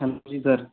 हं जी सर